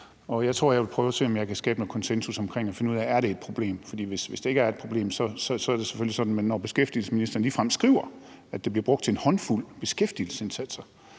og jeg tror, jeg vil prøve at se, om jeg kan skabe noget konsensus omkring det og finde ud af, om det er et problem. For hvis det ikke er et problem, er det selvfølgelig sådan, men beskæftigelsesministeren skriver ligefrem, at det bliver brugt til en håndfuld beskæftigelsesindsatser,